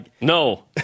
No